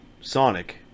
Sonic